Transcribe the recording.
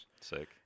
Sick